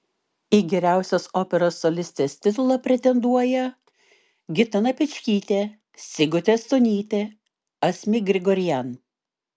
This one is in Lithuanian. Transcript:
į geriausios operos solistės titulą pretenduoja gitana pečkytė sigutė stonytė asmik grigorian